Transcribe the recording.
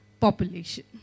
population